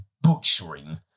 butchering